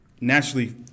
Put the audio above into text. naturally –